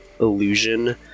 illusion